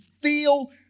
feel